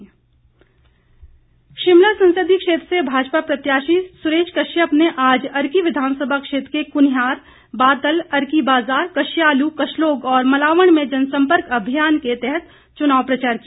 सुरेश प्रचार शिमला संसदीय क्षेत्र से भाजपा प्रत्याशी सुरेश कश्यप ने आज अर्की विधानसभा क्षेत्र के कृनिहार बातल अर्की बाजार कश्यालू कशलोग और मलावण में जनसंपर्क अभियान के तहत चुनाव प्रचार किया